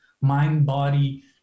mind-body